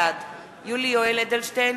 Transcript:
בעד יולי יואל אדלשטיין,